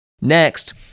Next